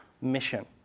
mission